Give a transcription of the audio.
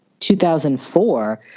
2004